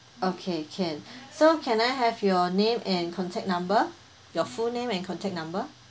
okay can so can I have your name and contact number your full name and contact number